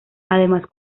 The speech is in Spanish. además